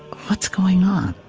what's going on?